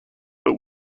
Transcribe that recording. but